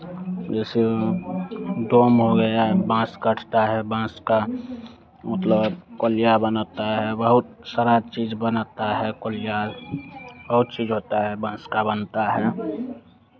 जैसे डोम हो गया बांस काटता है बांस का मतलब कोलिया बनाता है बहुत सारा चीज़ बनाता है कोलिया बहुत चीज़ होता है बांस का बनता है